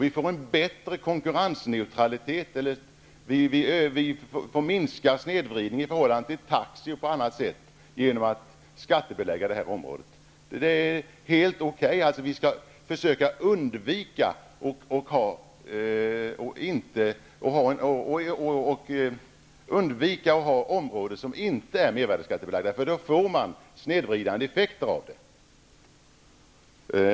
Vi får därmed en minskad snedvridning i förhållande till taxi och annat genom att detta område skattebeläggs. Det är helt okej. Vi skall försöka undvika att ha områden som inte är mervärdesskattebelagda, eftersom det då blir snedvridande effekter.